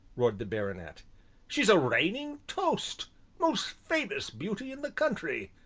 roared the baronet she's a reigning toast most famous beauty in the country,